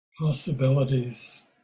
possibilities